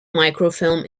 microfilm